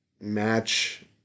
match